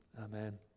Amen